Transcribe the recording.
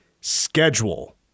schedule